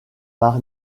par